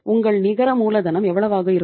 உங்கள் நிகர மூலதனம் எவ்வளவாக இருக்கும்